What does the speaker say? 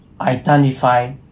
identify